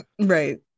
right